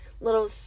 little